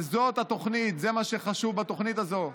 זאת התוכנית, זה מה שחשוב בתוכנית הזו.